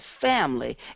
family